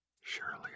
Surely